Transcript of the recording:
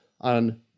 on